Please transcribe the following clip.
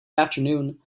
afternoon